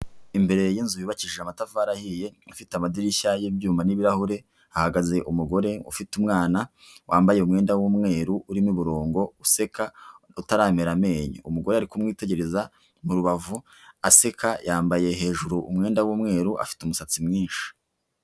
Imbere y'inzu yubakije amatafari ahiye ifite amadirishya y'ibyuma n'ibirahure hahagaze umugore ufite umwana wambaye umwenda w'umweru urimo umurongo useka utaramera amenyo, umugore yari kumwitegereza mu rubavu aseka yambaye hejuru umwenda w'umweru afite umusatsi mwinshi.